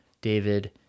David